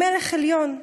מלך עליון'.